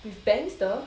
with bangs 的